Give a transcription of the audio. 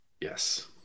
Yes